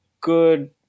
good